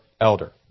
elder